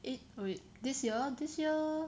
eh wait this year this year